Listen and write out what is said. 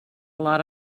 lot